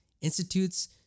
institutes